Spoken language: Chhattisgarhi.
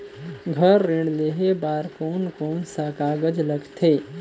घर ऋण लेहे बार कोन कोन सा कागज लगथे?